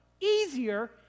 easier